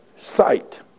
sight